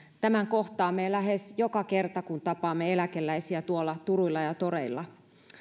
tämän kohtaamme lähes joka kerta kun tapaamme eläkeläisiä tuolla turuilla ja toreilla